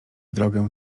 drogę